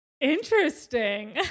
interesting